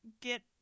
get